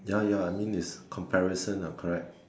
ya ya I mean is comparison correct